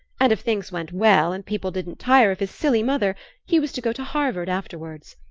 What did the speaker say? and if things went well and people didn't tire of his silly mother he was to go to harvard afterwards.